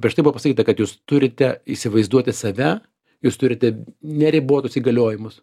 prieš tai buvo pasakyta kad jūs turite įsivaizduoti save jūs turite neribotus įgaliojimus